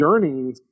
journey